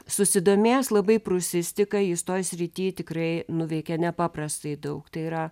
susidomėjęs labai prūsistika jis toj srity tikrai nuveikė nepaprastai daug tai yra